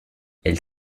elle